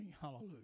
Hallelujah